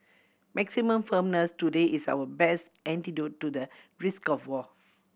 maximum firmness today is our best antidote to the risk of war